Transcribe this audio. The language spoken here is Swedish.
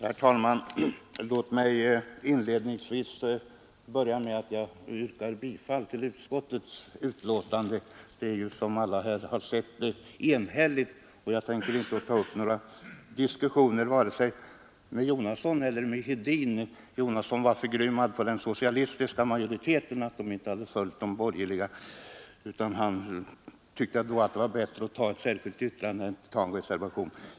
Herr talman! Låt mig börja med att yrka bifall till utskottets hemställan. Utskottet är som alla har sett enhälligt, och jag tänker inte ta upp några diskussioner vare sig med herr Jonasson eller med herr Hedin. Herr Jonasson var förgrymmad över att den socialistiska majoriteten inte hade följt de borgerliga och tyckte det var bättre med ett särskilt yttrande än med en reservation.